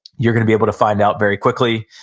you're gonna be able to find out very quickly.